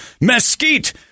mesquite